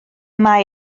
mae